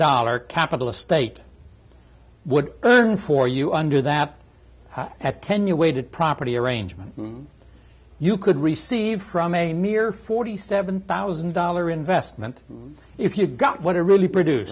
dollar capitalist state would earn for you under that at ten you waited property arrangement you could receive from a mere forty seven thousand dollar investment if you got what it really produce